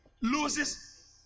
loses